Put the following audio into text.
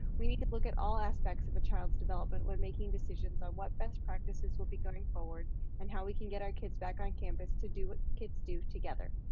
we need to look at all aspects of a child's development when making decisions on what best practices will be going forward and how we can get our kids back on campus to do what kids do together.